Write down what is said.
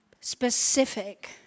specific